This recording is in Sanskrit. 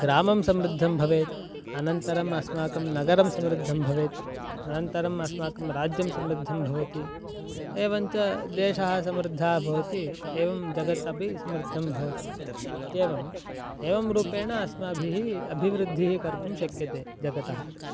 ग्रामः समृद्धः भवेत् अनन्तरम् अस्माकं नगरं समृद्धं भवेत् अनन्तरम् अस्माकं राज्यं समृद्धं भवति एवञ्च देशः समृद्धः भवति एवं जगत् अपि समृद्धं भवति इत्येवम् एवं रूपेण अस्माभिः अभिवृद्धिः कर्तुं शक्यते जगतः